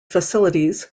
facilities